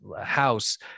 house